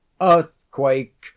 Earthquake